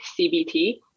cbt